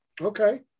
Okay